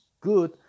good